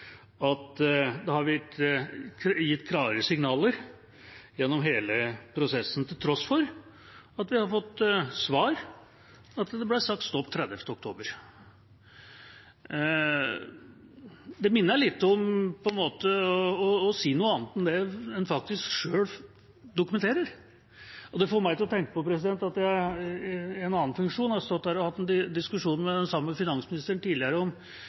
at det er blitt gitt klare signaler gjennom hele prosessen, til tross for at vi har fått til svar at det ble satt stopp 30. oktober. Det minner litt om å si noe annet enn det en sjøl dokumenterer, og det får meg til å tenke på at jeg i en annen funksjon sto her i en diskusjon med finansministeren tidligere om